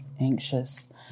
anxious